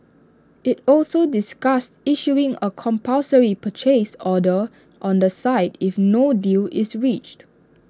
IT also discussed issuing A compulsory purchase order on the site if no deal is reached